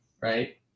Right